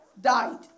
died